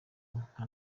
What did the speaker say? nka